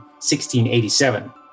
1687